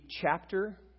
chapter